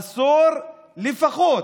עשור לפחות,